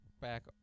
back